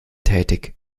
tätig